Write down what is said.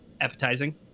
appetizing